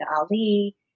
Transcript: Ali